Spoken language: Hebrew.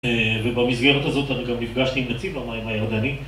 ובמסגרת הזאת אני גם נפגשתי עם נציב המים הירדני